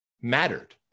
mattered